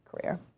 career